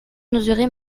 n’oserait